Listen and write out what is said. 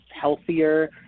healthier